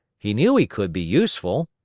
he knew he could be useful!